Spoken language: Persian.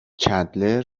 چندلر